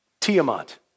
Tiamat